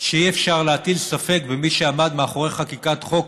שאי-אפשר להטיל ספק במי שעמד מאחורי חקיקת חוק